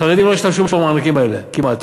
חרדים לא השתמשו במענקים האלה כמעט,